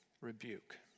rebuke